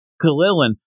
Kalilin